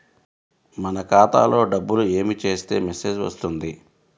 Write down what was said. మన ఖాతాలో డబ్బులు ఏమి చేస్తే మెసేజ్ వస్తుంది?